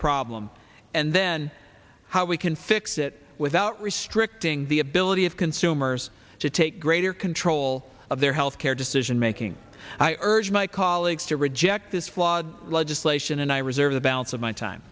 problem and then how we can fix it without restricting the ability of consumers to take greater control of their health care decision making i urge my colleagues to reject this flawed legislation and i reserve the balance of my time